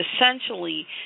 Essentially